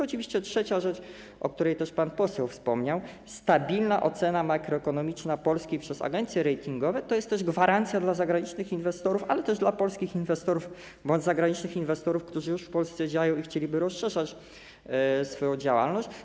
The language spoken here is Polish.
Oczywiście trzecia rzecz, o której też pan poseł wspomniał, stabilna ocena makroekonomiczna Polski przez agencje ratingowe to jest gwarancja dla zagranicznych inwestorów, ale też dla polskich inwestorów bądź zagranicznych inwestorów, którzy już w Polsce działają i chcieliby rozszerzać swoją działalność.